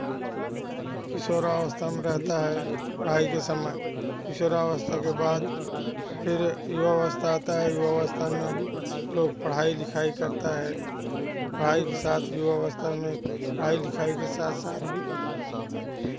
किशोरावस्था में रहता है पढ़ाई के समय किशोरावस्था के बाद फिर युवावस्था आता है युवावस्था में लोग पढ़ाई लिखाई करता है पढ़ाई के साथ युवावस्था में पढ़ाई लिखाई के साथ साथ